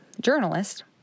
journalist